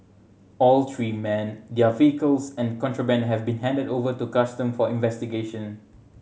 all three men their vehicles and the contraband have been handed over to custom for investigation